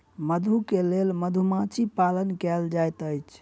मधु के लेल मधुमाछी पालन कएल जाइत अछि